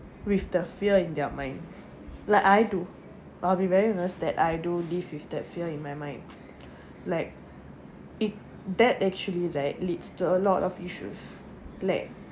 with the fear in their mind like I do I'll be very that I do live with that fear in my mind like it that actually like leads to a lot of issues like